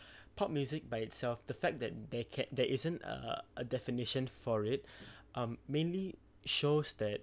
pop music by itself the fact that there ca~ there isn't a a definition for it um mainly shows that